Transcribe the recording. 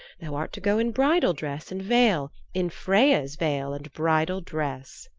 thou art to go in bridal dress and veil, in freya's veil and bridal dress.